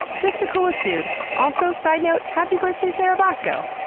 just the coolest dude! also, side note, happy birthday sara boscoe!